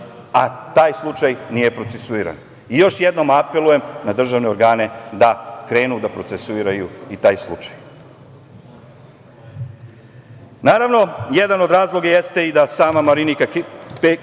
a taj slučaj nije procesuiran. Još jednom apelujem na državne organe da krenu da procesuiraju i taj slučaj. Naravno, jedan od razloga jeste i da sama Marinika Tepić,